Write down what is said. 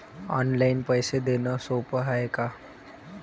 Online पैसे देण सोप हाय का?